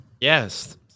yes